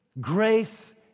grace